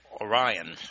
Orion